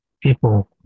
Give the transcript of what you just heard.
people